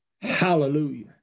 Hallelujah